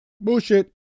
Bullshit